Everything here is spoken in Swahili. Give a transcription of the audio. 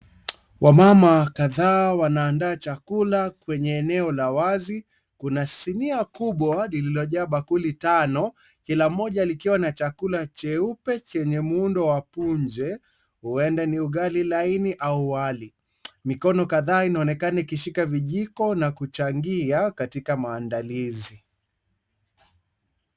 Wamama kadhaa wanandaa chakula kwenye eneo la wazi, kuna sinia kubwa, lililojaa bakuli tano, kila moja likiwa na chakula cheupe chenye muundo wa punje, huenda ni ugali laini au wali. Mikono kadhaa inaonekana ikishika vijiko, na kuchangia katika maandalizi.